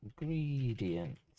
ingredients